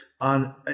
on